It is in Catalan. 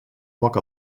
poc